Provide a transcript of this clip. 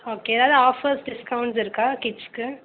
okay ஏதாவது offers discounts இருக்கா கிட்ஸுக்கு